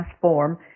form